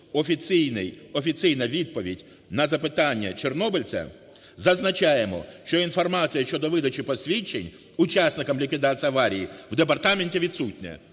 офіційна відповідь на запитання чорнобильця: зазначаємо, що інформація щодо видачі посвідчень учасникам ліквідації аварії в департаменті відсутня.